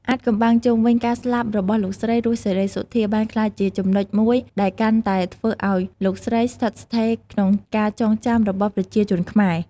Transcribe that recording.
អាថ៌កំបាំងជុំវិញការស្លាប់របស់លោកស្រី រស់ សេរីសុទ្ធា បានក្លាយជាចំណុចមួយដែលកាន់តែធ្វើឲ្យលោកស្រីស្ថិតស្ថេរក្នុងការចងចាំរបស់ប្រជាជនខ្មែរ។